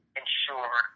ensure